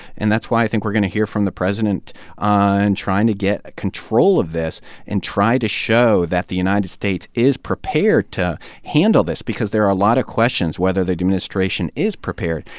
and that's why, i think, we're going to hear from the president in and trying to get control of this and try to show that the united states is prepared to handle this because there are a lot of questions whether the administration is prepared.